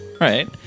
right